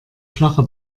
flache